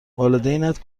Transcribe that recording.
والدینت